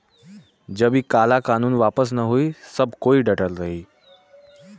जब इ काला कानून वापस न होई सब कोई डटल रही